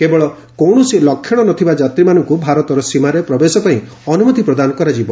କେବଳ କୌଣସି ଲକ୍ଷଣ ନ ଥିବା ଯାତ୍ରୀମାନଙ୍କୁ ଭାରତର ସୀମାରେ ପ୍ରବେଶ ପାଇଁ ଅନ୍ତମତି ପ୍ରଦାନ କରାଯିବ